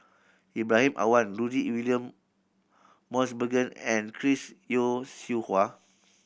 Ibrahim Awang Rudy William Mosbergen and Chris Yeo Siew Hua